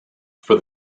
for